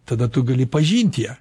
tada tu gali pažint ją